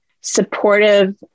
supportive